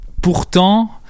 pourtant